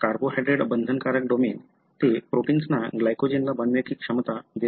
carbohydrate बंधनकारक domain ते प्रोटिन्सना ग्लायकोजेनला बांधण्याची क्षमता देते